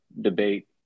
debate